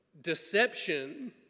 deception